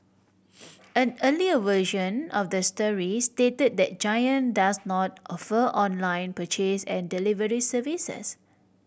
an earlier version of the story stated that Giant does not offer online purchase and delivery services